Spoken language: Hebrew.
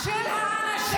--- שתרד למטה.